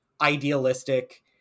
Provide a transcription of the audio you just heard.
idealistic